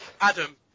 Adam